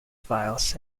files